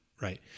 right